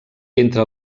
entre